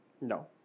No